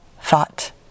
thought